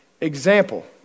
example